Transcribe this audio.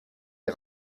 est